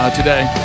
today